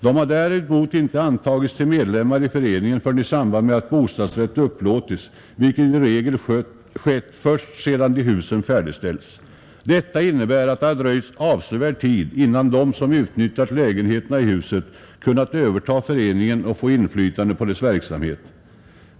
De har däremot inte antagits till medlemmar i föreningen förrän i samband med att bostadsrätt upplåtits, vilket i regel skett sedan husen har färdigställts och slutfinansieringen ordnats. Detta har inneburit att det kan ha dröjt avsevärd tid, ibland flera år, innan de som nyttjat lägenheterna i huset kunnat överta föreningen och få inflytande på dess verksamhet.